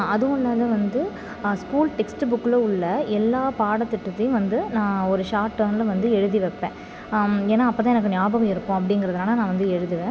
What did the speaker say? அதுவும் இல்லாத வந்து ஸ்கூல் டெக்ஸ்ட்டு புக்கில் உள்ள எல்லா பாடத்திட்டத்தையும் வந்து நான் ஒரு ஷார்ட்டேனில் வந்து எழுதி வைப்பேன் ஏன்னா அப்போதான் எனக்கு ஞாபகம் இருக்கும் அப்படிங்கறதுனால நான் வந்து எழுதுவேன்